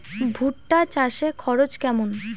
ভুট্টা চাষে খরচ কেমন?